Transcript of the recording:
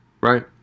right